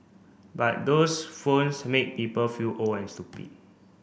but those phones make people feel old and stupid